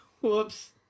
Whoops